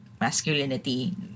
masculinity